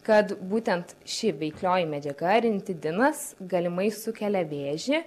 kad būtent ši veiklioji medžiaga rinitidinas galimai sukelia vėžį